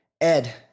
Ed